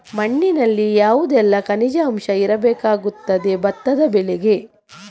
ಮಣ್ಣಿನಲ್ಲಿ ಯಾವುದೆಲ್ಲ ಖನಿಜ ಅಂಶ ಇರಬೇಕಾಗುತ್ತದೆ ಭತ್ತದ ಬೆಳೆಗೆ?